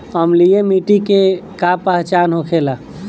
अम्लीय मिट्टी के का पहचान होखेला?